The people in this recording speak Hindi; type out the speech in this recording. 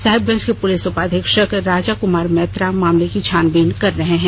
साहिबगंज के पुलिस उपाधीक्षक राजा कुमार मैत्रा मामले की छानबीन कर रहे हैं